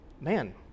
man